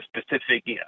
specific